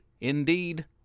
indeed